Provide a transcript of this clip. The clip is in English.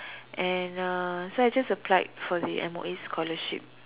and uh so I just applied for the M_O_E scholarship